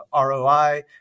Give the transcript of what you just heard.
ROI